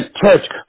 church